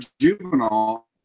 juvenile